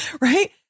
right